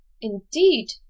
Indeed